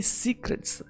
secrets